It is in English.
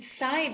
inside